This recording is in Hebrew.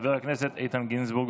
חבר הכנסת איתן גינזבורג.